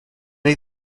wnei